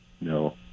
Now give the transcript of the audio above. No